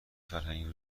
فرهنگی